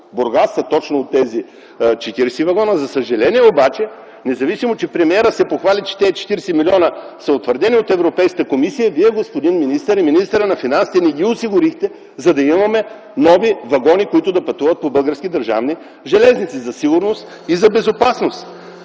Бургас точно от тези 40 вагона. За съжаление обаче, независимо че премиерът се похвали, че тези 40 милиона са утвърдени от Европейската комисия, вие, господин министър, и министърът на финансите не ги осигурихте, за да имаме нови вагони, които да пътуват по Българските държавни железници за сигурност и безопасност.